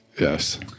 Yes